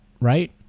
right